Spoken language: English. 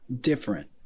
different